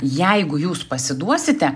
jeigu jūs pasiduosite